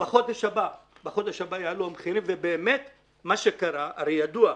בחודש הבא יעלו המחירים ובאמת מה שקרה הרי ידוע,